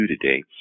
today